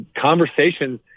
conversations